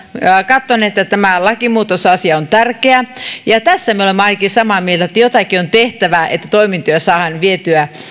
katsoneet että tämä lakimuutosasia on tärkeä tässä me olemme ainakin samaa mieltä että jotakin on tehtävä että toimintoja saadaan vietyä